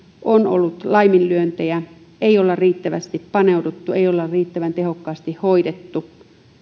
on ollut laiminlyöntejä ei olla riittävästi paneuduttu ei olla riittävän tehokkaasti hoidettu